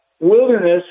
wilderness